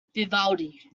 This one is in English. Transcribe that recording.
vivaldi